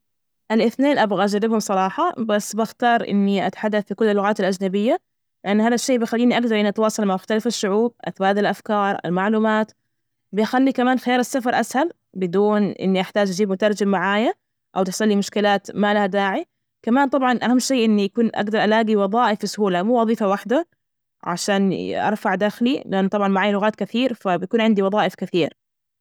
الإثنين، أبغى أجربهم صراحة، بس بختار إني أتحدث في كل اللغات الأجنبية، لأن هذا الشي بخليني أجدر إني أتواصل مع مختلف الشعوب، أتبادل أفكار، المعلومات. بخلي كمان خيار السفر أسهل، بدون إني أحتاج أجيب مترجم معايا، أو تحصلي، مشكلات، ما لها داعي، كمان طبعا أهم شي إنه يكون أقدر ألاقي وظائف بسهولة مو وظيفة وحدة عشان أرفع دخلي، لأنه طبعا معايا لغات كثير، فبيكون عندي وظائف كثير.